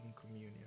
communion